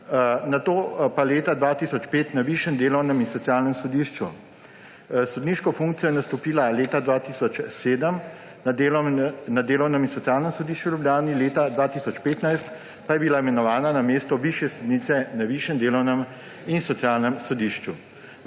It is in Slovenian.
nato pa leta 2005 na Višjem delovnem in socialnem sodišču. Sodniško funkcijo je nastopila leta 2007 na Delovnem in socialnem sodišču v Ljubljani, leta 2015 pa je bila imenovana na mesto višje sodnice na Višjem delovnem in socialnem sodišču.